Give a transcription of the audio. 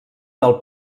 del